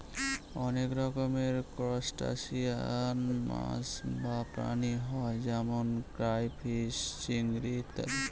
অনেক রকমের ত্রুসটাসিয়ান মাছ বা প্রাণী হয় যেমন ক্রাইফিষ, চিংড়ি ইত্যাদি